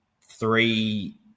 three